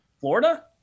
Florida